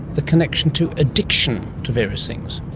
the connection to addiction to various things?